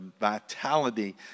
vitality